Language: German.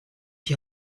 die